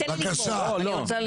הצבעה בעד 4 נגד 6 נמנעים 1 לא אושר.